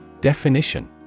Definition